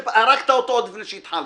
הרגת אותו עוד לפני שהתחלת.